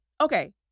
okay